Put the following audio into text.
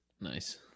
Nice